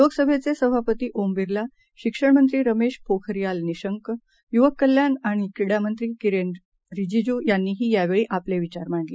लोकसभेचेसभापतीओमबिर्ला शिक्षणमंत्रीरमेशपोखारीयालनिशंक युवककल्याणआणिक्रीडामंत्रीकिरेनरीजीजूयांनीहीयावेळीआपलेविचारमांडले